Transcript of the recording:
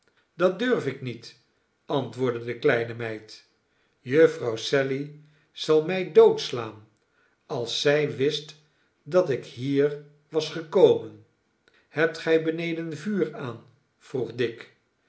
dat durf ik niet antwoordde de kleine meid jufvrouw sally zal mij doodslaan als zij wist dat ik her was gekomen hebt gij beneden vuur aan vroeg dick